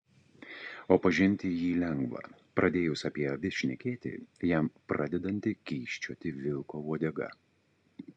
o pažinti jį lengva pradėjus apie avis šnekėti jam pradedanti kyščioti vilko uodega